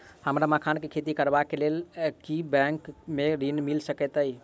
हमरा मखान केँ खेती करबाक केँ लेल की बैंक मै ऋण मिल सकैत अई?